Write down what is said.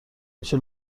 میشه